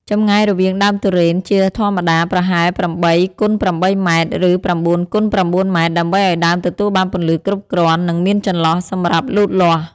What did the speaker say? ចម្ងាយរវាងដើមទុរេន ជាធម្មតាប្រហែល ៨ x ៨ ម៉ែត្រ ឬ ៩ x ៩ ម៉ែត្រ ដើម្បីឱ្យដើមទទួលបានពន្លឺគ្រប់គ្រាន់ និងមានចន្លោះសម្រាប់លូតលាស់។